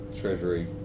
Treasury